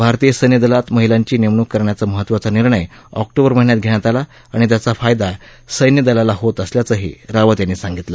भारतीय सैन्य दलात महिलाची नेमणूक करण्याचा महत्त्वाचा निर्णय ऑक्टोबर महिन्यात घेण्यात आला आणि त्याचा फायदा सैन्य दलाला होत असल्याचंही रावत यांनी सांगितलं